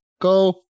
Go